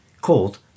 called